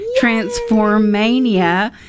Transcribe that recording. Transformania